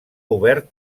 obert